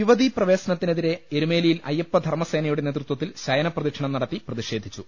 യുവതീപ്രവേശനത്തിനെതിരെ എരു മേലിയിൽ അയ്യപ്പധർമ്മസേനയുടെ നേതൃ ത്വത്തിൽ ശയനപ്രദ ക്ഷിണം നടത്തി പ്രതിഷേധിച്ചു